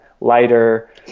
Lighter